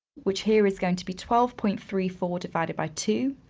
which here is going to be twelve point three four divided by two,